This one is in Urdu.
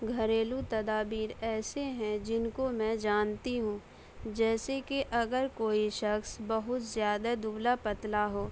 گھریلو تدابیر ایسے ہیں جن کو میں جانتی ہوں جیسے کہ اگر کوئی شخص بہت زیادہ دبلا پتلا ہو